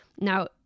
now